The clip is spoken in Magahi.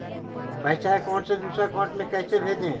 पैसा अकाउंट से दूसरा अकाउंट में कैसे भेजे?